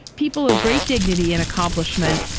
people of great dignity and accomplishment,